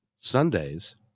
Sundays